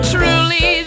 Truly